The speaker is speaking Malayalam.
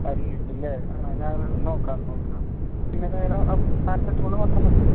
പനിയുണ്ടല്ലേ ഞാൻ നോക്കാം നോക്കാം പിന്നെ വേറെ പാരസെറ്റമോൾ മാത്രം മതിയോ